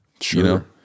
Sure